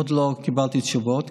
עוד לא קיבלתי תשובות,